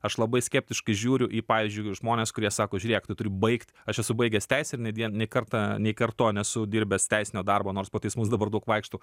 aš labai skeptiškai žiūriu į pavyzdžiui žmones kurie sako žiūrėk tu turi baigt aš esu baigęs teisę ir netgi ne kartą nei karto nesu dirbęs teisinio darbo nors po teismus dabar daug vaikštau